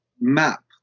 map